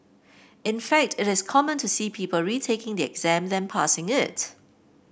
in fact it is common to see people retaking the exam than passing it